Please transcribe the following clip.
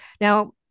Now